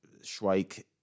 Schweik